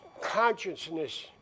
consciousness